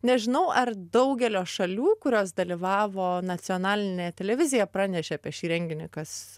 nežinau ar daugelio šalių kurios dalyvavo nacionalinė televizija pranešė apie šį renginį kas